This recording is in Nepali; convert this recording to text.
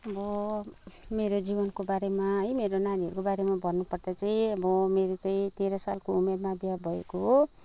अब मेरो जीवनको बारेमा है मेरो नानीहरूको बारेमा भन्नुपर्दा चाहिँ अब मेरो चाहिँ तेह्र सालको उमेरमा बिहा भएको हो